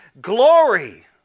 glory